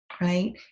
right